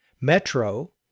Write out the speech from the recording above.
Metro